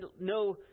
no